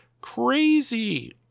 crazy